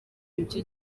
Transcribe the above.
ibyo